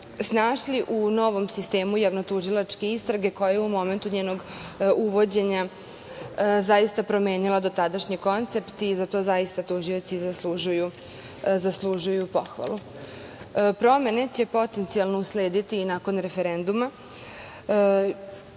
snašli u novom sistemu javnotužilačke istrage koja je u momentu njenog uvođenja zaista promenila dotadašnji koncept i za to zaista tužioci zaslužuju pohvalu. Promene će potencijalno uslediti i nakon referenduma. Jako